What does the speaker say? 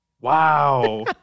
Wow